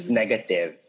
negative